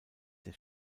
der